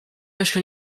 jeszcze